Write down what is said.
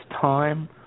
time